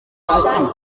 cyane